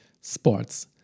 Sports